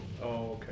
okay